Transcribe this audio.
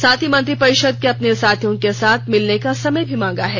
साथ मंत्रिपरिषद के अपने साथियों के साथ मिलने का समय भी मांगा है